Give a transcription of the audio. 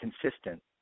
consistent